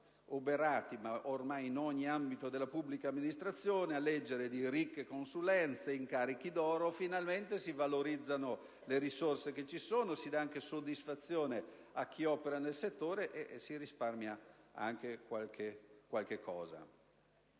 *in house*. Ormai in ogni ambito della pubblica amministrazione si legge di ricche consulenze e incarichi d'oro: finalmente si valorizzano le risorse esistenti e si dà soddisfazione a chi opera nel settore, risparmiando anche qualcosa.